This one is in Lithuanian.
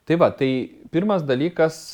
tai va tai pirmas dalykas